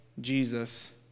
Jesus